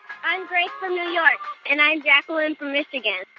i'm grace from new york and i'm jacqueline from michigan.